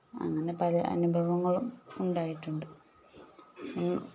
അങ്ങനെ പല അനുഭവങ്ങളും ഉണ്ടായിട്ടുണ്ട് ഉം